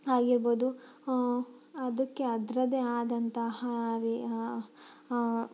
ಆಗಿರ್ಬೋದು ಅದಕ್ಕೆ ಅದ್ರದ್ದೇ ಆದಂತಹ